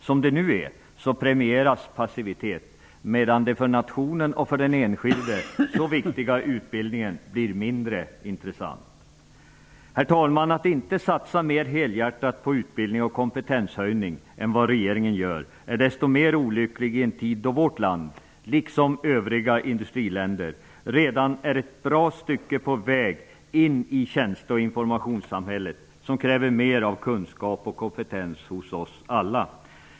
Som det nu är premieras passivitet, medan den för nationen och för den enskilde så viktiga utbildningen blir mindre intressant. Herr talman! Att inte satsa mer helhjärtat på utbildning och kompetenshöjning än vad regeringen gör är desto mer olyckligt i en tid då vårt land, liksom övriga industriländer, redan är ett bra stycke på väg in i tjänste och informationssamhället. Det kräver mer av kunskap och kompetens hos oss alla.